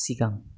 सिगां